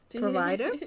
provider